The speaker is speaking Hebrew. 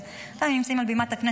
אז אם נמצאים מעל בימת הכנסת,